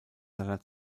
seiner